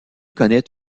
connait